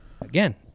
again